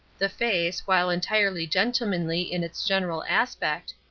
the face, while entirely gentlemanly in its general aspect,